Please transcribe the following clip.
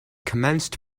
commenced